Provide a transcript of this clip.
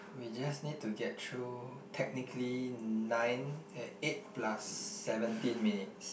we just need to get through technically nine and eight plus seventeen minutes